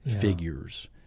figures